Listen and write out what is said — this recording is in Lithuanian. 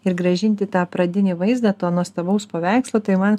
ir grąžinti tą pradinį vaizdą to nuostabaus paveikslo tai man